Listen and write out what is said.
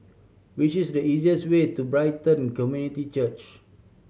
which is the easiest way to Brighton Community Church